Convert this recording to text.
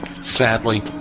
Sadly